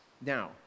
Now